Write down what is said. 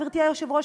גברתי היושבת-ראש,